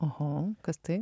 oho kas tai